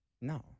No